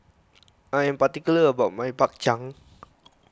I am particular about my Bak Chang